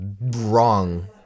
wrong